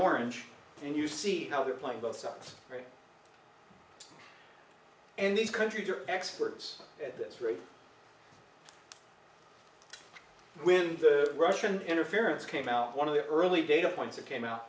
orange and you see how they're playing both sides right and these countries are experts at this rate when the russian interference came out one of the early data points that came out